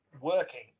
working